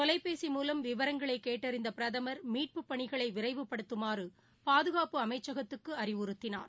தொலைபேசி மூலம் விவரங்களைகேட்டறிந்தபிரதமர் மீட்பு பணிகளைவிரைவுபடுத்துமாறுபாதுகாப்பு அமைச்சகத்துக்குஅறிவுறுத்தினார்